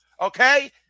Okay